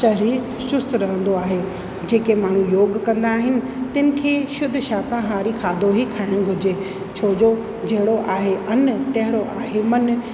शरीरु चुस्तु रहंदो आहे जेके माण्हू योगु कंदा आहिनि तिन खे शुध्द शाकाहारी खाधो ई खाइणु घुरिजे छो जो जहिड़ो आहे अनु तहिड़ो आहे मनु